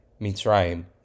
Mitzrayim